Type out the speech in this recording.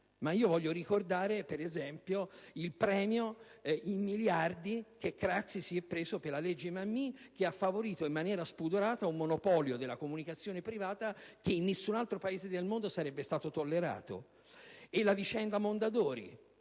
Ma voglio ricordare, ad esempio, il premio in miliardi che Craxi si è preso per la legge Mammì, che ha favorito, in maniera spudorata, un monopolio della comunicazione privata che in nessun altro Paese del mondo sarebbe stato tollerato. Anche nella vicenda Mondadori,